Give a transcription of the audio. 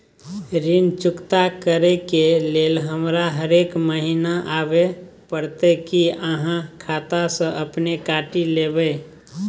ऋण चुकता करै के लेल हमरा हरेक महीने आबै परतै कि आहाँ खाता स अपने काटि लेबै?